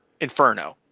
Inferno